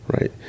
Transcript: right